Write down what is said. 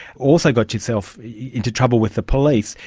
also got yourself into trouble with the police.